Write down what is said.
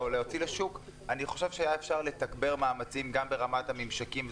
או להוציא לשוק אני חושב שאפשר לתגבר מאמצים גם ברמת הממשקים.